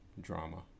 drama